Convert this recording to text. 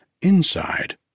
Inside